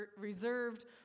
reserved